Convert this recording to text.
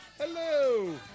Hello